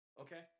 Okay